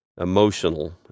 emotional